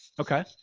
Okay